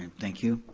and thank you.